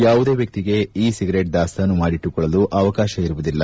ಯಾವುದೇ ವ್ಯಕ್ತಿಗೆ e cigarette ದಾಸ್ತಾನು ಮಾಡಿಟ್ಲುಕೊಳ್ಳಲು ಅವಕಾಶ ಇರುವುದಿಲ್ಲ